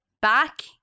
back